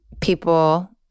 people